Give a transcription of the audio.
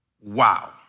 Wow